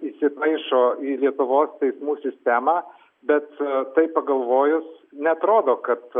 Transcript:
įsipaišo į lietuvos teismų sistemą bet tai pagalvojus neatrodo kad